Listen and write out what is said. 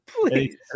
Please